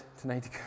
tonight